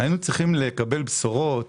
היינו צריכים לקבל בשורות